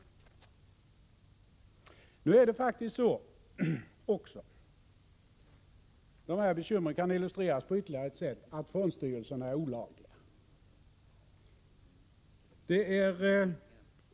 Nu kan faktiskt bekymren illustreras på ytterligare ett sätt: att fondstyrelserna är olagliga.